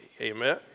Amen